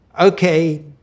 okay